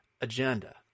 agenda